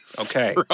okay